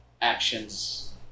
actions